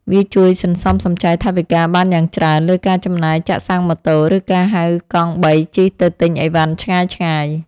វាជួយសន្សំសំចៃថវិកាបានយ៉ាងច្រើនលើការចំណាយចាក់សាំងម៉ូតូ ឬការហៅកង់បីជិះទៅទិញអីវ៉ាន់ឆ្ងាយៗ។